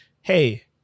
hey